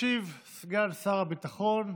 ישיב סגן שר הביטחון,